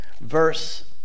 verse